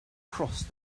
crossed